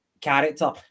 character